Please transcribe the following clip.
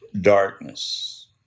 darkness